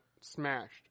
smashed